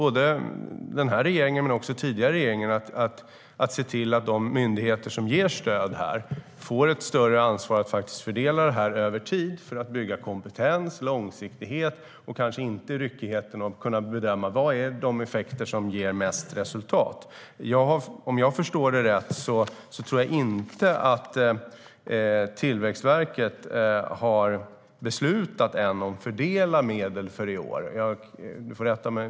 Både den här regeringen och den tidigare regeringen har sett till att de myndigheter som ger stöd får ett större ansvar att fördela detta över tid för att bygga kompetens och långsiktighet utan ryckighet och kunna bedöma vilka effekter som ger mest resultat. Om jag förstår rätt har Tillväxtverket ännu inte beslutat om fördelningen av medel för i år.